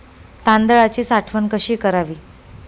तांदळाची साठवण कशी करावी?